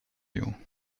you